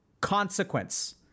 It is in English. consequence